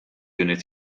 unit